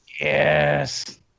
Yes